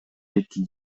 эки